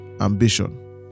ambition